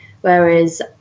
Whereas